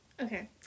Okay